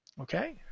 okay